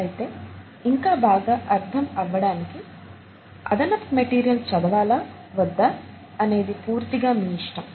అయితే ఇంకా బాగా అర్థం అవ్వడానికి అదనపు మెటీరియల్ చదవాలా వద్దా అనేది పూర్తిగా మీ ఇష్టం